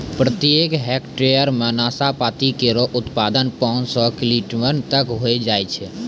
प्रत्येक हेक्टेयर म नाशपाती केरो उत्पादन पांच सौ क्विंटल तक होय जाय छै